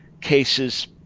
cases